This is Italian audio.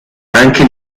anche